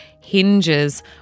hinges